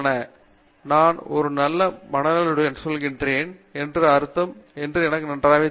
பேராசிரியர் மகேஷ் வி பஞ்சநுலா நான் ஒரு நல்ல மனநிலையுடன் செல்கிறேன் என்று அர்த்தம் எனக்கு நன்றாகவே தெரியும்